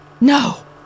No